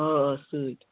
آ آ سۭتۍ